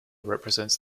represents